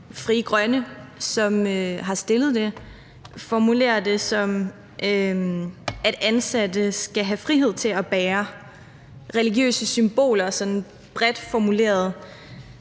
Frie Grønne, som har fremsat det, formulerer det sådan, at ansatte skal have frihed til at bære religiøse symboler, sådan bredt formuleret.